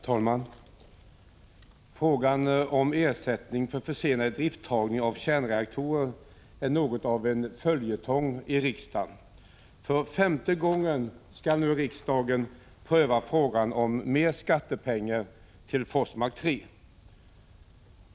Herr talman! Frågan om ersättning för försenad idrifttagning av kärnreak torer är något av en följetong i riksdagen. För femte gången skall nu riksdagen pröva frågan om mer skattepengar till Forsmark 3.